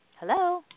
Hello